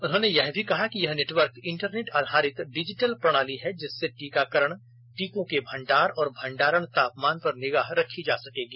उन्होंने यह भी कहा कि यह नेटवर्क इंटरनेट आधारित डिजिटल प्रणाली है जिससे टीकाकरण टीकों के भंडार और भंडारण तापमान पर निगाह रखी जा सकेगी